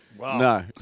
No